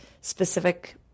specific